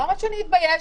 למה שאני אתבייש?